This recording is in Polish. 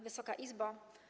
Wysoka Izbo!